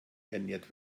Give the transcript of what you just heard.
ernährt